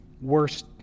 worst